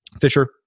Fisher